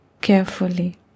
carefully